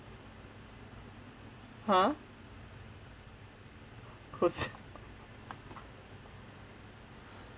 !huh! cause